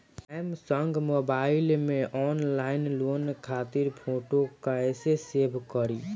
Samsung mobile में online loan खातिर photo कैसे सेभ करीं?